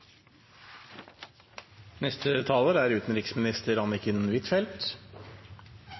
neste talar er